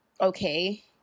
okay